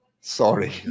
Sorry